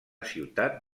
ciutat